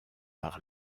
par